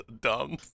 dumb